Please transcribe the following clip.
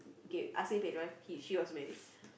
K husband and wife he she was married